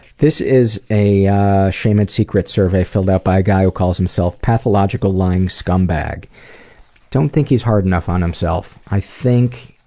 this is a shame and secrets survey filled out by a guy who calls himself pathological lying scumbag. i don't think he's hard enough on himself. i think,